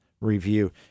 review